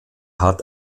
hat